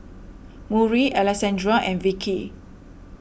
Murry Alexandra and Vickie